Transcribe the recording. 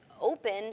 open